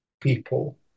people